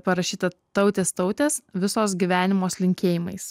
parašyta tautės tautės visos gyvenimos linkėjimais